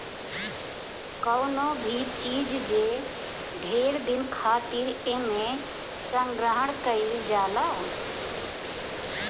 कवनो भी चीज जे ढेर दिन खातिर एमे संग्रहण कइल जाला